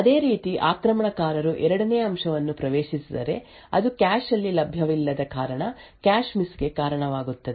ಅದೇ ರೀತಿ ಆಕ್ರಮಣಕಾರರು ಎರಡನೇ ಅಂಶವನ್ನು ಪ್ರವೇಶಿಸಿದರೆ ಅದು ಕ್ಯಾಶ್ ಆಲ್ಲಿ ಲಭ್ಯವಿಲ್ಲದ ಕಾರಣ ಕ್ಯಾಶ್ ಮಿಸ್ ಗೆ ಕಾರಣವಾಗುತ್ತದೆ